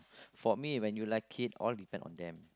for me when you like it all depend on them